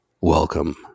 welcome